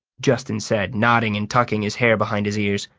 justin said, nodding and tucking his hair behind his ears.